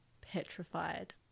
petrified